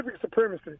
supremacy